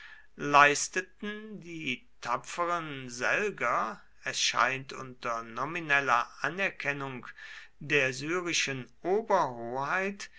leisteten die tapferen selger es scheint unter nomineller anerkennung der syrischen